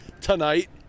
Tonight